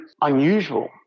unusual